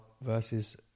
versus